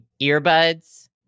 earbuds